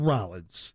Rollins